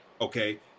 Okay